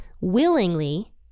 willingly